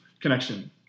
connection